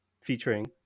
featuring